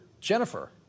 Jennifer